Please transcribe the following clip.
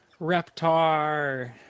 Reptar